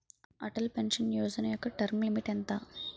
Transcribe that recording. Atal pension Yojana యెక్క term limit ఎంత?